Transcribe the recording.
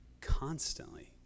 constantly